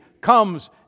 comes